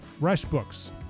FreshBooks